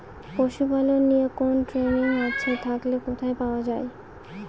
পশুপালন নিয়ে কোন ট্রেনিং আছে থাকলে কোথায় পাওয়া য়ায়?